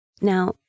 Now